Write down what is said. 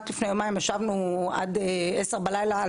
רק לפני יומיים ישבנו עד עשר בלילה על